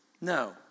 No